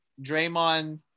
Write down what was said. Draymond